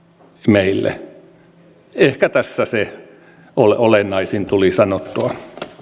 meille ehkä tässä se olennaisin tuli sanottua